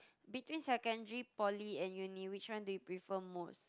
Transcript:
between secondary poly and uni which one do you prefer most